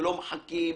ולא מחכים ומבקשים,